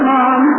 Mom